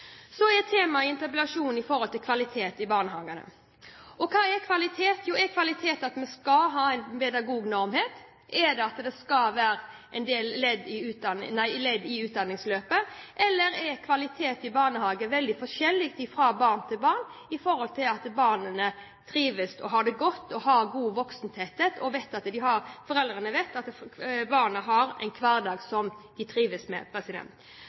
Temaet i interpellasjonen er kvalitet i barnehagene. Hva er kvalitet? Er kvalitet at vi skal ha en pedagognorm? Er det at det skal være ledd i utdanningsløpet? Eller er kvalitet i barnehagene veldig forskjellig fra barn til barn – at barna trives og har det godt, har god voksentetthet, og at foreldrene vet at barna har en hverdag som de trives med?